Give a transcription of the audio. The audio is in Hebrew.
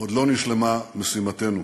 עוד לא נשלמה משימתנו,